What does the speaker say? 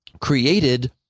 created